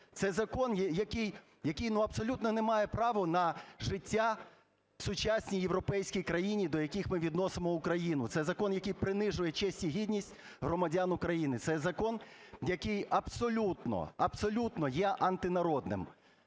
Це закон, який, ну, абсолютно не має права на життя в сучасній європейській країні, до яких ми відносимо Україну. Це закон, який принижує честь і гідність громадян України, це закон, який абсолютно, абсолютно є антинародним.